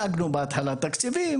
בהתחלה השגנו תקציבים,